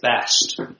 best